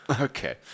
Okay